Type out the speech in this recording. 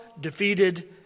defeated